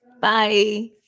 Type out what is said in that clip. Bye